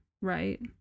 right